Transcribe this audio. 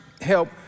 help